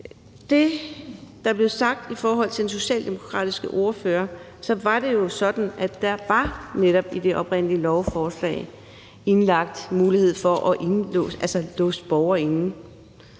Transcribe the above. det, der blev sagt af den socialdemokratiske ordfører, var det jo sådan, at der netop i det oprindelige lovforslag var indlagt mulighed for at låse borgere inde.